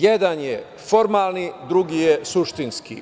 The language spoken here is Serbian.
Jedan je formalni, drugi je suštinski.